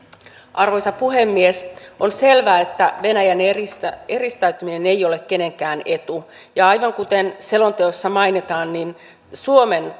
arvoisa puhemies on selvää että venäjän eristäytyminen ei ole kenenkään etu ja aivan kuten selonteossa mainitaan suomen